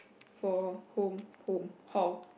for home home hall